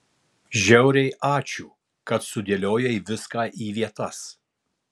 žiauriai ačiū kad sudėliojai viską į vietas